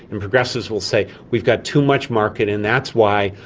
and progressives will say we've got too much market and that's why,